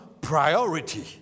priority